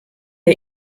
der